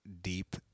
deep